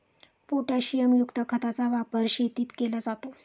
पोटॅशियमयुक्त खताचा वापर शेतीत केला जातो